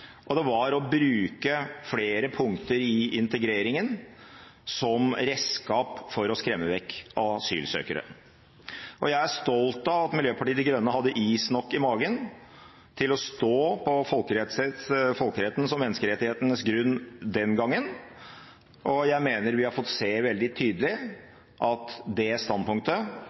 og det var å bruke flere punkter i integreringen som redskap for å skremme vekk asylsøkere. Jeg er stolt av at Miljøpartiet De Grønne hadde is nok i magen til å stå på folkerettens og menneskerettighetenes grunn den gangen. Jeg mener vi har fått se veldig tydelig at det standpunktet